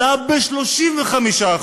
עלה ב-35%.